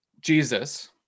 Jesus